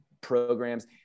programs